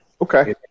Okay